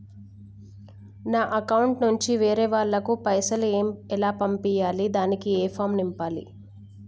నా అకౌంట్ నుంచి వేరే వాళ్ళకు పైసలు ఎలా పంపియ్యాలి దానికి ఏ ఫామ్ నింపాలి?